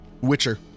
Witcher